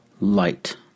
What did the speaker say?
light